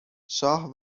شاه